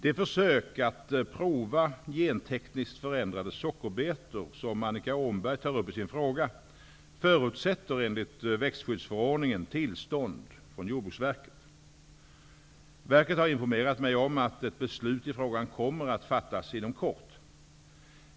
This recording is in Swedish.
Det försök att prova gentekniskt förändrade sockerbetor som Annika Åhnberg tar upp i sin fråga förutsätter enligt växtskyddsförordningen tillstånd av Jordbruksverket. Verket har informerat mig om att ett beslut i frågan kommer att fattas inom kort.